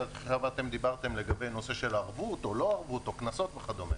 לטפל בערובות, קנסות וחריגים וכדומה.